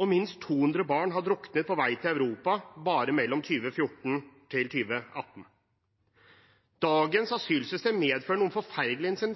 og minst 200 barn har druknet på vei til Europa bare mellom 2014 og 2018. Dagens asylsystem medfører noen forferdelige